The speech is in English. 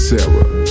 Sarah